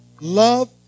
love